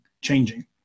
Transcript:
changing